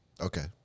Okay